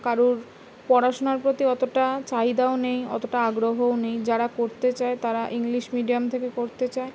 কারুর পড়াশুনার প্রতি অতটা চাহিদাও নেই অতটা আগ্রহও নেই যারা করতে চায় তারা ইংলিশ মিডিয়াম থেকে করতে চায়